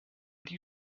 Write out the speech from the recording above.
die